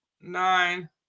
nine